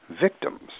victims